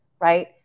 right